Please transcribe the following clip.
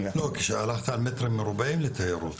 כשהלכת על מטר מרובע לתיירות.